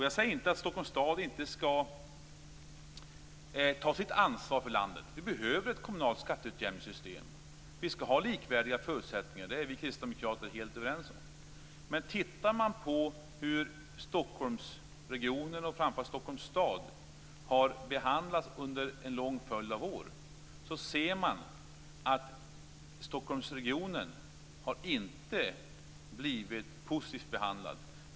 Jag säger inte att Stockholms stad inte skall ta sitt ansvar för landet. Vi behöver ett kommunalt skatteutjämningssystem. Vi skall ha likvärdiga förutsättningar. Det är vi kristdemokrater helt överens om. Men tittar vi på hur Stockholmsregionen och framför allt Stockholms stad har behandlats under en lång följd av år ser vi att Stockholmsregionen inte har blivit positivt behandlad.